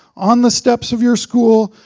on the steps of your school.